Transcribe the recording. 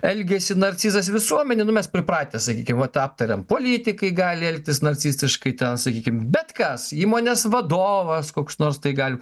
elgiasi narcizas visuomenėj nu mes pripratę sakykim vat tą aptarėm politikai gali elgtis narcistiškai ten sakykim bet kas įmonės vadovas koks nors tai gali